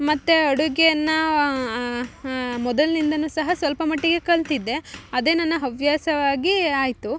ಮತ್ತು ಅಡುಗೆಯನ್ನು ಮೊದಲಿನಿಂದ ಸಹ ಸ್ವಲ್ಪ ಮಟ್ಟಿಗೆ ಕಲಿತಿದ್ದೆ ಅದೇ ನನ್ನ ಹವ್ಯಾಸವಾಗಿ ಆಯಿತು